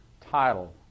title